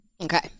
Okay